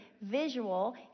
visual